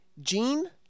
Gene